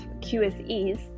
QSEs